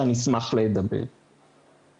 היה למעשה השלמה לשכר עבודה שהוא קיבל,